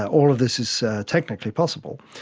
ah all of this is technically possible.